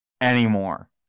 anymore